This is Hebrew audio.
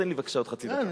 תן לי בבקשה עוד חצי דקה.